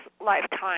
lifetime